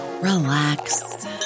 relax